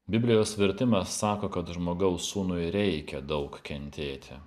biblijos vertimą sako kad žmogaus sūnui reikia daug kentėti